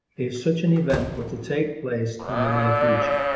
if such an event were to take place in the near future.